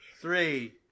three